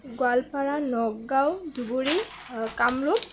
Goalpara Nagaon Dhubri Kamrup